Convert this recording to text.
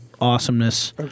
awesomeness